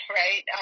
right